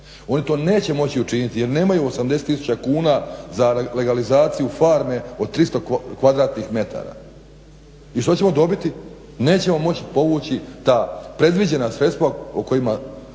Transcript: oni to neće moći učiniti jer nemaju 80 tisuća kuna za legalizaciju farme od 300 kvadratnih metara. I što ćemo dobiti? Nećemo moći povući ta predviđena sredstva o kojima